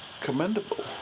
commendable